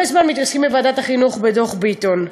זמן מתעסקים בוועדת החינוך בדוח ביטון.